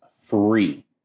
free